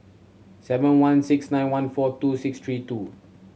seven one six nine one four two six three two